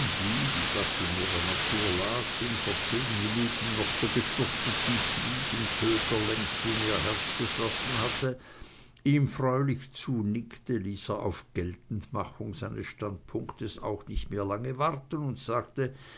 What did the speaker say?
wie das in ihrer natur lag den vor zehn minuten noch so gefürchteten fliegentöter längst in ihr herz geschlossen hatte ihm freundlich zunickte ließ er auf geltendmachung seines standpunkts auch nicht lange mehr warten und sagte